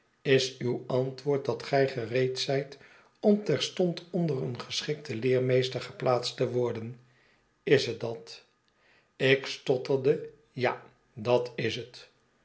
is uw antwoord dat gij gereed zijt om terstond onder een geschikten ieermeester geplaatst te worden is het dat ik stotterde ja dat is het